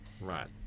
Right